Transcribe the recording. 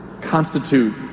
constitute